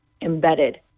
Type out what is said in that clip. embedded